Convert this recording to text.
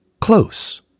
close